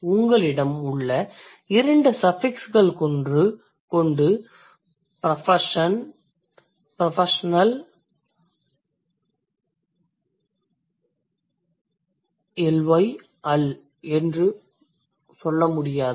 உங்களிடம் உள்ள 2 சஃபிக்ஸ்கள் கொண்டு professionallyal என்று சொல்ல முடியாது